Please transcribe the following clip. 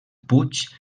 puig